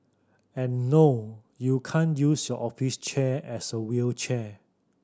and no you can't use your office chair as a wheelchair